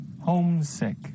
Homesick